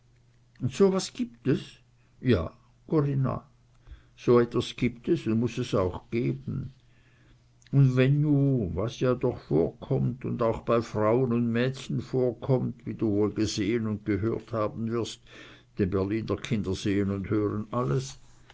so was gibt es ja corinna so was gibt es und muß es auch geben und wenn nu was ja doch vorkommt und auch bei frauen und mädchen vorkommt wie du ja wohl gesehen und gehört haben wirst denn berliner kinder sehen und hören alles